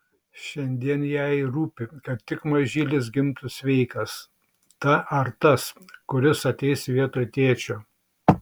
šiandien jai rūpi kad tik mažylis gimtų sveikas ta ar tas kuris ateis vietoj tėčio